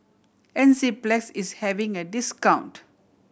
enzyplex is having a discount